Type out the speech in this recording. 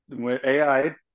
AI